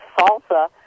salsa